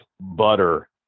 butter